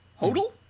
Hodel